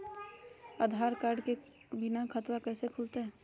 आधार card के बिना खाताबा कैसे खुल तय?